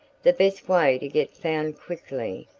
the best way to get found quickly,